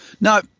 Now